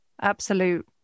absolute